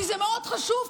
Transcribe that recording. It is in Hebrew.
כי זה מאוד חשוב,